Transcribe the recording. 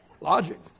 Logic